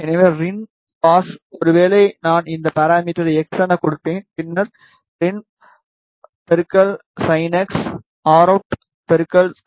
எனவே ரின் காஸ் ஒருவேளை நான் இந்த பாராமீட்டர்வை x எனக் கொடுப்பேன் பின்னர் rinsin x routcos x routsinx